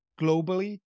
globally